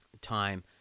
time